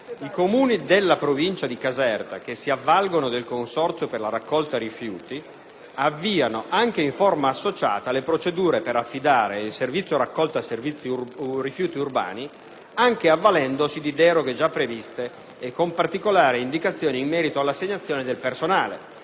i Comuni della Provincia di Caserta, che si avvalgono del consorzio per la raccolta dei rifiuti, avviano, anche in forma associata, le procedure per affidare il servizio di raccolta dei rifiuti urbani, anche avvalendosi di deroghe già previste, con particolari indicazioni in merito all'assegnazione del personale.